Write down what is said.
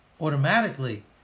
automatically